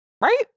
Right